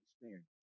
experience